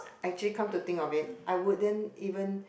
actually come to think of it I wouldn't even